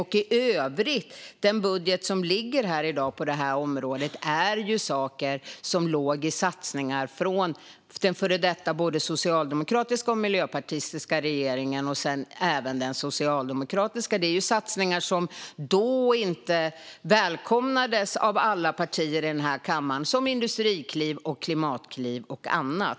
I övrigt i den budget som ligger här i dag på detta område är det saker som fanns i satsningar från den före detta socialdemokratiska och miljöpartistiska regeringen och sedan även från den socialdemokratiska regeringen. Det är satsningar som då inte välkomnades av alla partier i denna kammare, som på industrikliv, klimatkliv och annat.